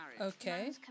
Okay